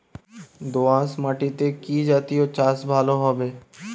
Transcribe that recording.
দোয়াশ মাটিতে কি জাতীয় চাষ ভালো হবে?